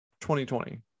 2020